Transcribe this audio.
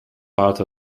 part